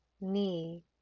knee